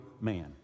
man